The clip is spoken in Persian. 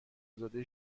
زاده